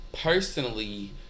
personally